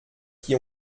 qui